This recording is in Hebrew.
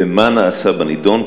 ומה נעשה בנדון?